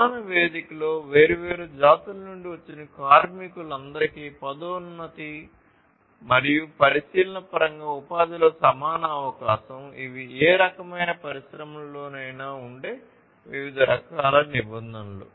సమాన వేదికలో వేర్వేరు జాతుల నుండి వచ్చిన కార్మికులందరికీ పదోన్నతి మరియు పరిశీలన పరంగా ఉపాధిలో సమాన అవకాశం ఇవి ఏ రకమైన పరిశ్రమలోనైనా ఉండే వివిధ రకాల నిబంధనలు